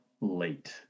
late